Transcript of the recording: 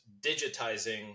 digitizing